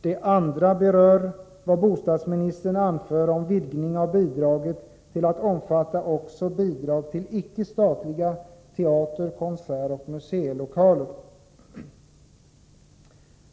Den andra berör vad bostadsministern anför om vidgning av bidraget till att omfatta också bidrag till icke-statliga teater-, konsertoch museilokaler.